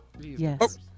Yes